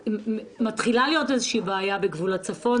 מתחילה להיות איזושהי בעיה בגבול הצפון,